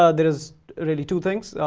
ah there's really two things.